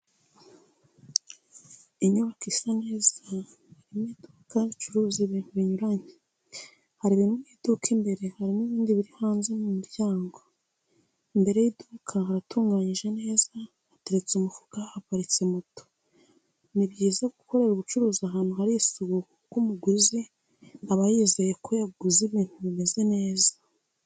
inyubako isa neza irimo iduka ricuruza ibintu binyuranye, hari ibiri mu iduka imbere hari n'ibindi biri hanze ku muryango, imbere y'iduka haratunganyije neza hateretse umufuka, hanaparitse moto. Ni byiza gukorera ubucuruzi ahantu hari isuku kuko umuguzi nawe aba yizeye ko yaguze ibintu bimeze neza.